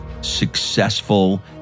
successful